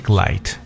light